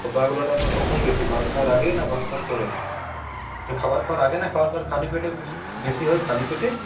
তো গা গুলাটা আপনার কখন বেশি ভাত খাওয়ার আগে না ভাত খাওয়ার পরে মানে খাবার খাওয়ার আগে না খাবার খাওয়ার খালি পেটে বেশি বেশি হয় খালি পেটে